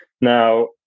now